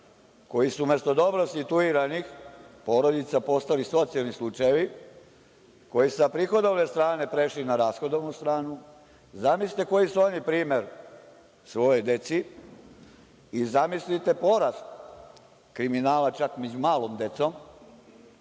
koji su umesto dobro situiranih porodica postali socijalni slučajevi, koji sa prihodovne strane prešli na rashodovnu stranu. Zamislite koji su oni primer svojoj deci i zamislite porast kriminala, čak među malom decom,